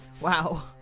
Wow